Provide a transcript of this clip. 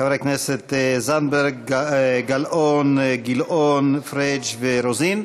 חברי הכנסת זנדברג, גלאון, גילאון, פריג' ורוזין.